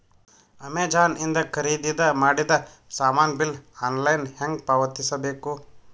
Amazon ಇಂದ ಖರೀದಿದ ಮಾಡಿದ ಸಾಮಾನ ಬಿಲ್ ಆನ್ಲೈನ್ ಹೆಂಗ್ ಪಾವತಿಸ ಬೇಕು?